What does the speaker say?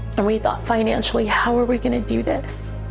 and we thought financially, how are we gonna do this?